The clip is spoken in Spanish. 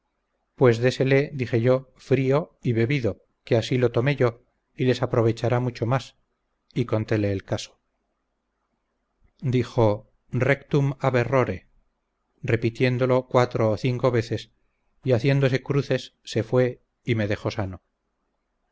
pues désele dije yo frío y bebido que así lo tomé yo y les aprovechará mucho más y contele el caso dijo rectum ab errore repitiéndolo cuatro o cinco veces y haciéndose cruces se fué y me dejó sano